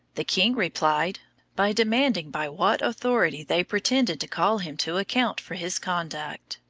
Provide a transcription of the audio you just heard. the king replied by demanding by what authority they pretended to call him to account for his conduct.